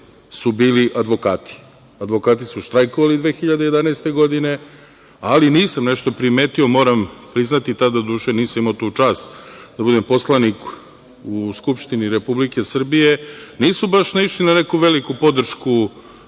ne donesu. Advokati su štrajkovali 2011. godine, ali nisam nešto primetio, moram priznati, tad doduše nisam imao tu čast da budem poslanik u Skupštini Republike Srbije, da su baš naišli na neku veliku podršku